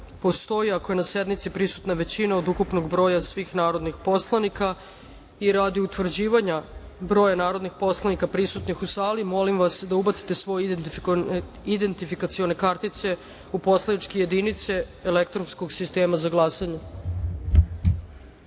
postoji ako je na sednici prisutna većina od ukupnog broja svih narodnih poslanika. Radi utvrđivanja broja narodnih poslanika prisutnih u sali, molim vas da ubacite svoje identifikacione kartice u poslaničke jedinice elektronskog sistema za glasanje. Hvala